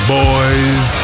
boys